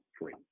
free